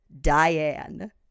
Diane